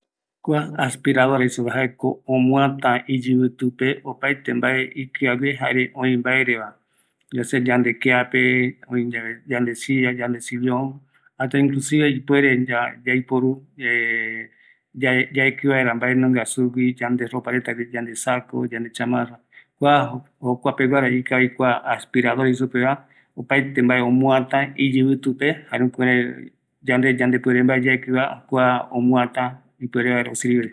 ﻿Kua aspiradora jei supeva jaeko omuata iyivitupe opaete mbae ikiague jare öi mbaereva, ya sea yandekeape, oiyave yande silla, yande sillon, hasta inclusiva ipere yaiporu yaeki vaera mbae sugui, yande ropa retagui yandesako, yande chamarra, kua jokuapeguara kavi kua aspiradora jei supeva, opaete mbae omuata iyivitupe jare jukurai, yande yande puere mbae yaekiva kua omuata ipuere vaera osirive